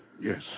Yes